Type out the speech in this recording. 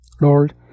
Lord